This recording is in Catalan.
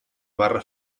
barra